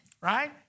right